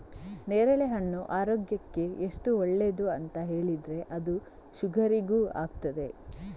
ನೇರಳೆಹಣ್ಣು ಆರೋಗ್ಯಕ್ಕೆ ಎಷ್ಟು ಒಳ್ಳೇದು ಅಂತ ಹೇಳಿದ್ರೆ ಅದು ಶುಗರಿಗೂ ಆಗ್ತದೆ